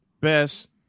best